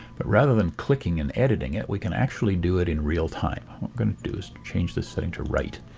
but rather than clicking and editing it we can actually do it in real time. what we're going to do is change the setting to write.